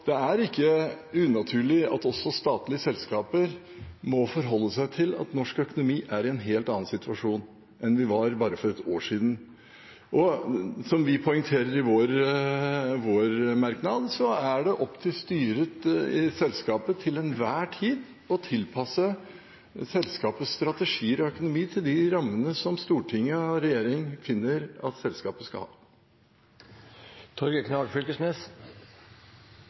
det er ikke unaturlig at også statlige selskaper må forholde seg til at norsk økonomi er i en helt annen situasjon enn den var i bare for ett år siden. Som vi poengterer i vår merknad, er det opp til styret i selskapet til enhver tid å tilpasse selskapets strategier og økonomi til de rammene som storting og regjering finner at selskapet skal ha.